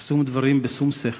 לשום דברים בשום שכל,